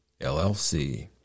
LLC